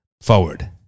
Forward